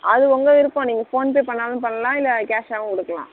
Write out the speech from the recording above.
அது உங்கள் விருப்பம் நீங்கள் ஃபோன்பே பண்ணாலும் பண்ணலாம் இல்லை கேஷாகவும் கொடுக்கலாம்